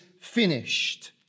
finished